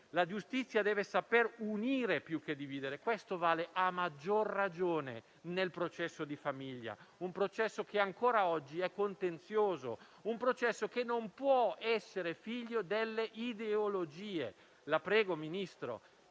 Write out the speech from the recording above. La giustizia deve saper unire, più che dividere: questo vale a maggior ragione nel processo di famiglia, che ancora oggi è contenzioso e non può essere figlio delle ideologie. La prego, Ministro,